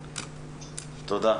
תודה.